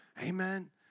Amen